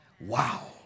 Wow